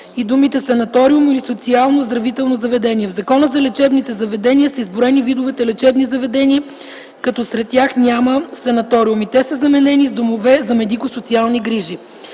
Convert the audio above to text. и думите „санаториум” или „санаториално (оздравително) заведение”. В Закона за лечебните заведения са изброени видовете лечебни заведения, като сред тях няма санаториуми. Те са заменени с домове за медико социални грижи.